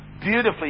Beautifully